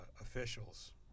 officials